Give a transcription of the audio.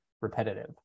repetitive